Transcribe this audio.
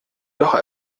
doch